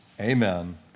Amen